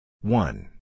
One